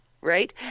Right